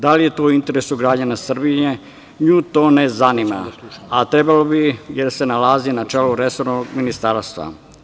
Da li je to u interesu građana Srbije, nju to ne zanima, a trebalo bi, jer se nalazi na čelu resornog ministarstva.